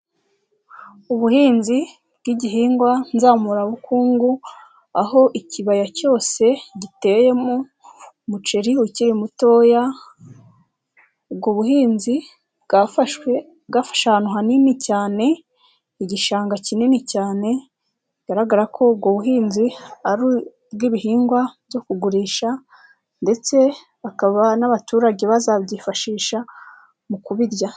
Ubuhinzi bw'igihingwa nzamurabukungu, aho ikibaya cyose giteyemo umuceri ukiri mutoya, ubwo buhinzi bwafashe ahantu hanini cyane, igishanga kinini cyane, bigaragara ko ubwo buhinzi ari ubw'ibihingwa byo kugurisha ndetse bakaba n'abaturage bazabyifashisha, mu kubirya.